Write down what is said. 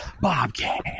Bobcat